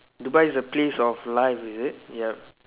Dubai is a place of life is it ya